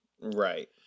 Right